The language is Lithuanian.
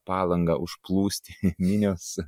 palangą užplūsti minios